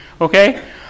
Okay